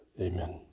Amen